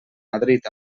madrid